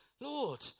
Lord